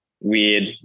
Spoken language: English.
weird